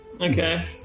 Okay